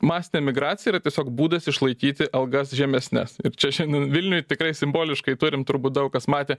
masinė migracija yra tiesiog būdas išlaikyti algas žemesnes ir čia šiandien vilniuj tikrai simboliškai turim turbūt daug kas matė